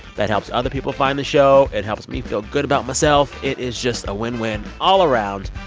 that helps other people find the show. it helps me feel good about myself. it is just a win-win all around.